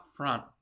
upfront